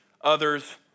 others